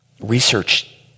research